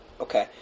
Okay